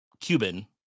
Cuban